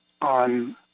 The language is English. on